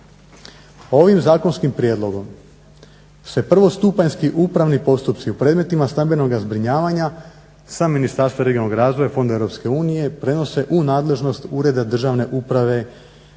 Ovim zakonskim prijedlogom se prvostupanjski upravni postupci u predmetima stambenoga zbrinjavanja sa Ministarstva regionalnog razvoja, fonda EU prenose u nadležnost Ureda državne uprave